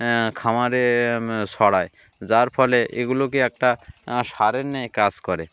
খামারে সরায় যার ফলে এগুলোকে একটা সারের নিয়ে কাজ করে